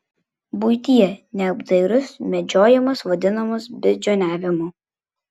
buityje neapdairus mėgdžiojimas vadinamas beždžioniavimu